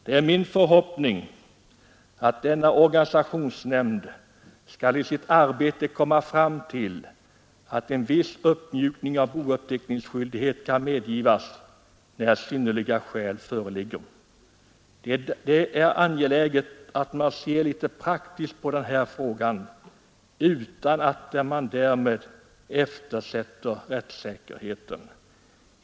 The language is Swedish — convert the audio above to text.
Det är min förhoppning att denna arbetsgrupp skall komma fram till att en viss uppmjukning av bouppteckningsskyldigheten kan medgivas när synnerliga skäl föreligger. Det är angeläget att man ser litet praktiskt på den här frågan, utan att man därmed eftersätter rättssäkerheten.